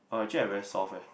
oh actually I very soft eh